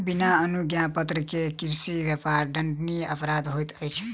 बिना अनुज्ञापत्र के कृषि व्यापार दंडनीय अपराध होइत अछि